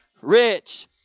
rich